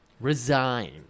Resign